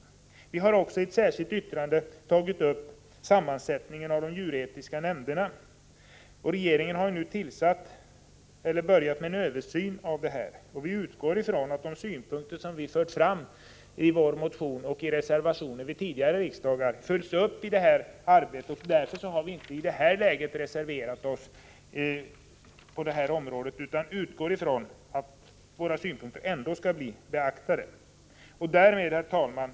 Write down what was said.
Vi centerpartister i utskottet har också i ett särskilt yttrande tagit upp sammansättningen av de djuretiska nämnderna. Regeringen har nu påbörjat en översyn, och vi utgår från att de synpunkter som vi har fört fram i vår motion och i reservationer vid tidigare riksdagsmöten följs upp i detta arbete. Därför har vi inte i det här läget reserverat oss på denna punkt. Vi utgår således från att våra synpunkter ändå skall bli beaktade. Herr talman!